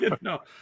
no